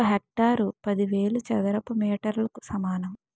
ఒక హెక్టారు పదివేల చదరపు మీటర్లకు సమానం